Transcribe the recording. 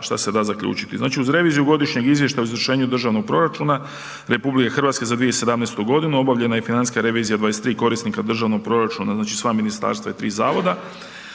što se da zaključiti, znači uz reviziju godišnjih izvještaja o izvršenje državnih proračuna, RH, za 2017. g. obavljena je financijska revizija 23 korisnika državnog proračuna, znači sva ministarstva i 3 zavoda,